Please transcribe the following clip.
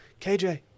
KJ